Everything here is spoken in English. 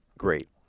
great